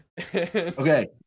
Okay